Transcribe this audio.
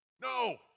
no